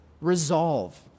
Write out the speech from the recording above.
Resolve